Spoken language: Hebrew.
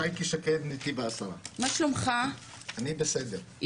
שייקה שקד מנתיב העשרה, אני בסדר, טעון שיפור.